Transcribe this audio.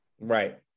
Right